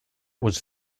was